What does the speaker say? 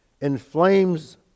inflames